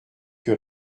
que